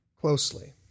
closely